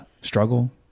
struggle